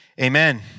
Amen